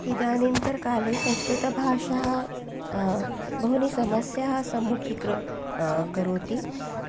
इदानीन्तनकाले संस्कृतभाषा बहूनि समस्याः सम्मुखीकृ करोति